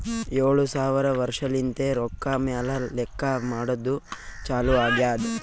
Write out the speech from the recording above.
ಏಳು ಸಾವಿರ ವರ್ಷಲಿಂತೆ ರೊಕ್ಕಾ ಮ್ಯಾಲ ಲೆಕ್ಕಾ ಮಾಡದ್ದು ಚಾಲು ಆಗ್ಯಾದ್